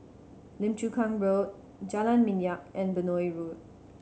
Lim Chu Kang Road Jalan Minyak and Benoi Road